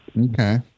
Okay